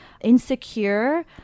insecure